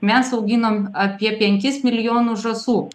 mes auginam apie penkis milijonus žąsų